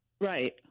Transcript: Right